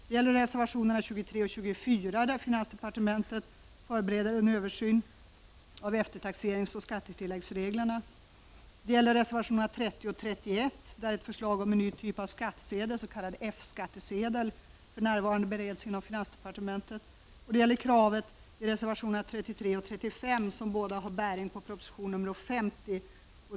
Det gäller reservationerna 23 och 24, där finansdepartementet förbereder en översyn av eftertaxeringsoch skattetilläggsreglerna. Det gäller reservationerna 30 och 31, där ett förslag om en ny typ av skattsedel, s.k. F-skattsedel, för närvarande bereds inom finansdepartementet. Det gäller också kravet i reservationerna 33 och 35, som båda har bäring på proposition 50.